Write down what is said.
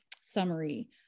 summary